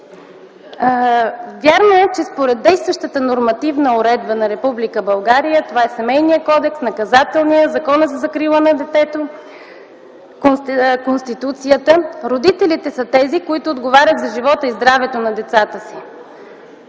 Вярно е, че според действащата нормативна уредба на Република България – това са Семейният кодекс, Наказателният, Законът за закрила на детето, Конституцията, родителите са тези, които отговарят за живота и здравето на децата си.